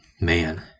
man